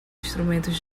instrumentos